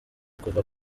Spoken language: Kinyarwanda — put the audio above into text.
kuva